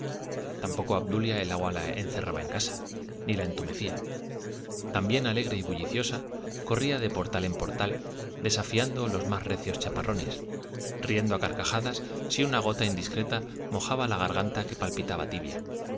tampoco a obdulia el agua la encerraba en casa ni la entumecía también alegre y bulliciosa corría de portal en portal desafiando los más recios chaparrones riendo a carcajadas si una gota indiscreta mojaba la garganta que palpitaba tibia